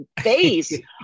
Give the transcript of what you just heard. face